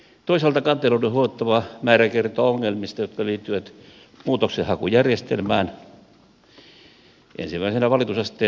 toisaalta kanteluiden huomattava määrä kertoo ongelmista jotka liittyvät muutoksenhakujärjestelmään